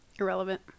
irrelevant